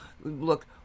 look